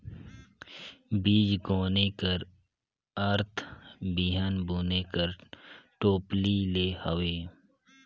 बीजगोनी कर अरथ बीहन बुने कर टोपली ले हवे